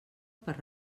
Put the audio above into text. per